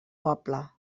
poble